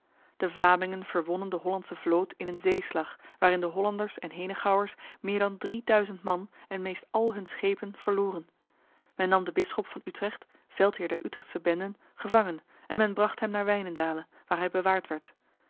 de vlamingen verwonnen de hollandse vloot in een zeeslag waarin de hollanders en henegouwers meer dan drieduizend man en meest al hun schepen verloren men nam de bisschop van utrecht veldheer der utrechtse benden gevangen en men bracht hem naar wijnendale waar hij bewaard werd